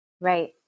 right